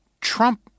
Trump